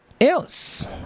else